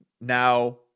now